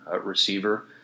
receiver